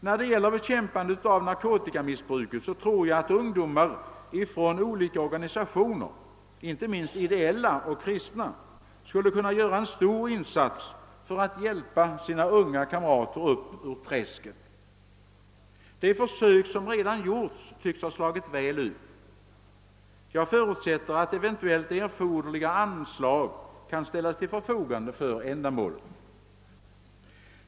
När det gäller bekämpande av narkotikamissbruket tror jag att ungdomar från olika organisationer, inte minst ideeila och kristna, skulle kunna göra en stor insats för att hjälpa sina unga kamrater upp ur träsket. De försök som redan gjorts tycks ha slagit väl ut. Jag förutsätter att eventuella erforderliga anslag kan ställas till förfogande för ändamålet.